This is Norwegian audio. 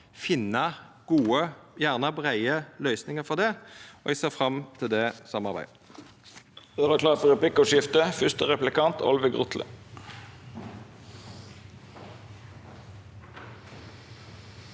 finna gode, gjerne breie, løysingar for det, og eg ser fram til det samarbeidet.